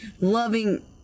loving